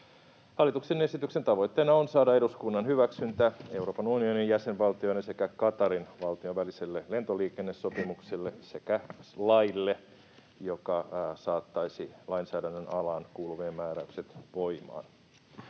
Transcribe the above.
Hallituksen esityksen tavoitteena on saada eduskunnan hyväksyntä Euroopan unionin jäsenvaltioiden sekä Qatarin valtion väliselle lentoliikennesopimukselle sekä laille, joka saattaisi lainsäädännön alaan kuuluvat määräykset voimaan.